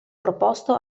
proposto